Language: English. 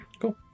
Cool